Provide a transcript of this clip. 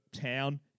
town